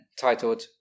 titled